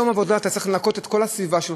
אחרי יום עבודה אתה צריך לנקות את כל הסביבה שלך,